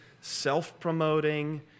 self-promoting